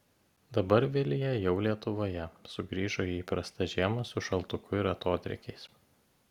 dabar vilija jau lietuvoje sugrįžo į įprastą žiemą su šaltuku ir atodrėkiais